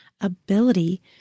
ability